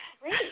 Great